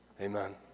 Amen